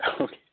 Okay